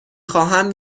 خواهم